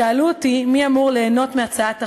שאלו אותי מי אמור ליהנות מהצעת החוק,